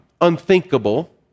unthinkable